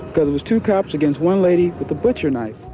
because it was two cops against one lady with a butcher knife.